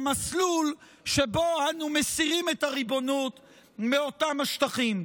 למסלול שבו אנו מסירים את הריבונות מאותם השטחים.